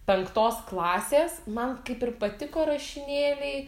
penktos klasės man kaip ir patiko rašinėliai